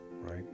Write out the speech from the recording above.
right